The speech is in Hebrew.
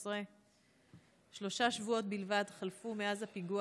13. שלושה שבועות בלבד חלפו מאז הפיגוע